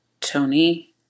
Tony